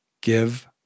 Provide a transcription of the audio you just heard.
give